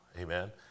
Amen